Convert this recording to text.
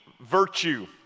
virtue